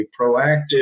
proactive